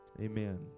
Amen